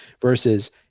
versus